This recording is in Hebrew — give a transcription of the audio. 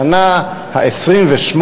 השנה ה-28